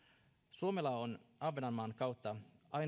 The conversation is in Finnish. suomella on ahvenanmaan kautta